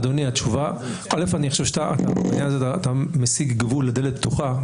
אני חושב שאתה בעניין הזה מסיג גבול לדלת פתוחה,